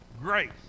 grace